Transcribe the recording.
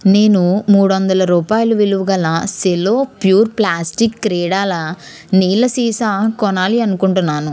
నేను మూడు వందల రూపాయల విలువ గల సెలో ప్యూరో ప్లాస్టిక్ క్రీడల నీళ్ళ సీసా కోనాలి అనుకుంటున్నాను